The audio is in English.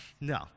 No